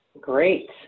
Great